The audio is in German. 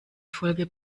folge